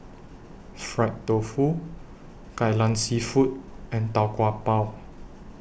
Fried Tofu Kai Lan Seafood and Tau Kwa Pau